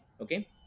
okay